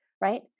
right